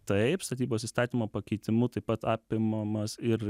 taip statybos įstatymo pakeitimu taip pat apimamas ir